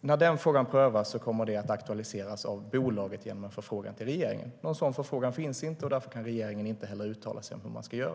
När den frågan prövas kommer det att aktualiseras av bolaget genom en förfrågan till regeringen. Någon sådan förfrågan finns inte, och därför kan regeringen inte heller uttala sig om hur man ska göra.